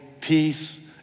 Peace